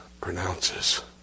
pronounces